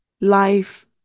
Life